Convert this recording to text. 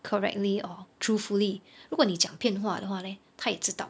correctly or truthfully 如果你讲骗话的话 leh 他也知道